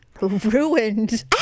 ruined